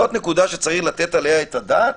זאת נקודה שצריך לתת עליה את הדעת.